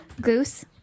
Goose